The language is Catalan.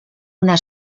una